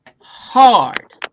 hard